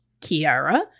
Kiara